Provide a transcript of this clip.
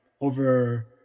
over